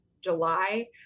July